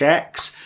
czechs,